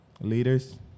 Leaders